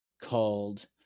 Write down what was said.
called